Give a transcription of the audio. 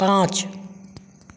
पाँच